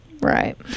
Right